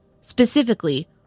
Specifically